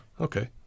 okay